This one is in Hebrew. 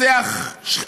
משפט אחרון.